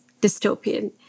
dystopian